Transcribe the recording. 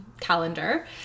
calendar